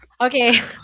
Okay